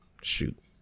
shoot